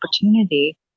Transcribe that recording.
opportunity